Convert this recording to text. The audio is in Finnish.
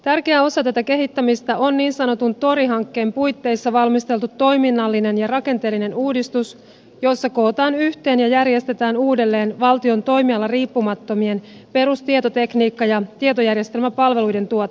tärkeä osa tätä kehittämistä on niin sanotun tori hankkeen puitteissa valmisteltu toiminnallinen ja rakenteellinen uudistus jossa kootaan yhteen ja järjestetään uudelleen valtion toimialariippumattomien perustietotekniikka ja tietojärjestelmäpalveluiden tuotanto